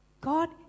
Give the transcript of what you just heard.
god